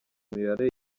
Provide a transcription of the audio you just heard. mibare